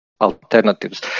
alternatives